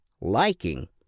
liking